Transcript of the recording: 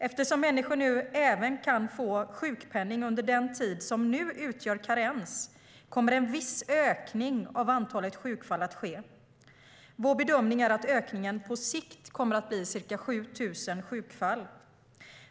Eftersom människor nu även kan få sjukpenning under den tid som nu utgör karens kommer en viss ökning av antalet sjukfall att ske. Vår bedömning är att ökningen på sikt kommer att bli ca 7 000 sjukfall.